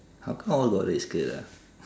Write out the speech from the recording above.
how come all got red skirt ah